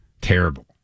Terrible